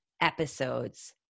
episodes